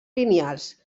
lineals